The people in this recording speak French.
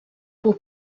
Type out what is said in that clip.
pour